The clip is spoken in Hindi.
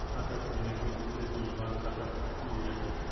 खाता खुलने के कितने समय बाद खाता बुक मिल जाती है?